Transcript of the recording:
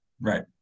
right